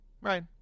right